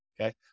Okay